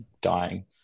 dying